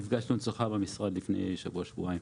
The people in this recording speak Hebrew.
נפגשנו אצלך במשרד לפני שבוע-שבועיים.